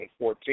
2014